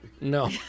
No